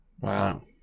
Wow